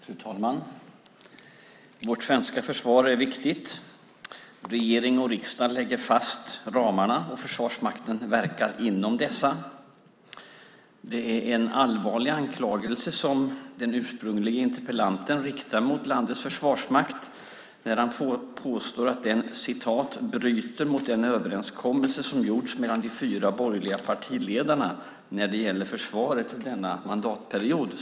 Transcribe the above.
Fru talman! Vårt svenska försvar är viktigt. Regering och riksdag lägger fast ramarna, och Försvarsmakten verkar inom dessa. Det är en allvarlig anklagelse som den ursprunglige interpellanten riktar mot landets försvarsmakt när han påstår att den "bryter mot den överenskommelse som gjorts mellan de fyra borgerliga partiledarna när det gäller försvaret denna mandatperiod".